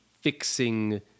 fixing